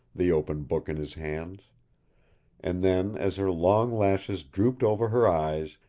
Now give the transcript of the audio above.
the open book in his hands and then, as her long lashes drooped over her eyes,